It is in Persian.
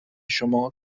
شما